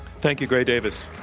thank you, gray davis.